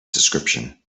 subscription